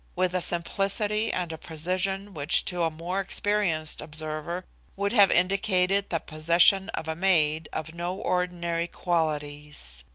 with a simplicity and a precision which to a more experienced observer would have indicated the possession of a maid of no ordinary qualities.